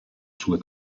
sue